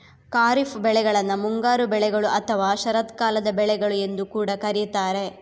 ಖಾರಿಫ್ ಬೆಳೆಗಳನ್ನ ಮುಂಗಾರು ಬೆಳೆಗಳು ಅಥವಾ ಶರತ್ಕಾಲದ ಬೆಳೆಗಳು ಎಂದು ಕೂಡಾ ಕರೀತಾರೆ